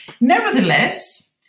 Nevertheless